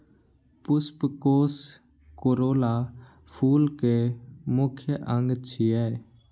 पुष्पकोष कोरोला फूल के मुख्य अंग छियै